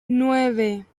nueve